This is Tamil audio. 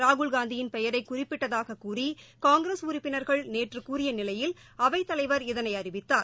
ராகுல்காந்தியின் பெயரை குறிப்பிட்டதாக கூறி காங்கிரஸ் உறுப்பினர்கள் நேற்று கூறிய நிலையில் அவைத் தலைவர் இதனை அறிவித்தார்